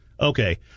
Okay